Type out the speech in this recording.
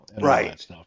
Right